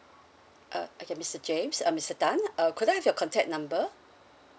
uh okay mister james uh mister tan uh could I have your contact number